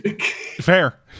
Fair